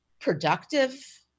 productive